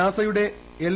നാസയുടെ എൽ